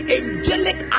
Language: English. angelic